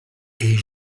est